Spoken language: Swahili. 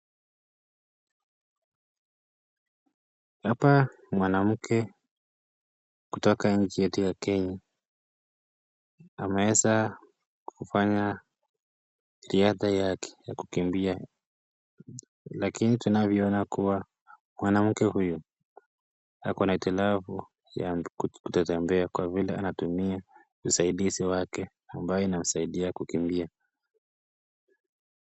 Hapa ni mwanamke kutoka inchi yetu ya kenya ameweza kufanya riadha yake ya kukimbia lakini tunavyo ona kuwa mwanamke huyu akona hitilafu ya kutotembea kwa vile anatumia usaidizi wake ambaye inamsaidia kukimbia